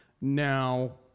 now